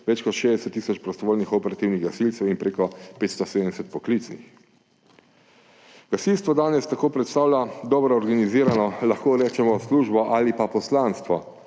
več kot 60 tisoč prostovoljnih operativnih gasilcev in preko 570 poklicnih. Gasilstvo danes tako predstavlja dobro organizirano, lahko rečemo službo ali pa poslanstvo